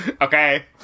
Okay